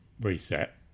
reset